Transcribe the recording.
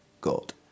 God